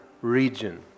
region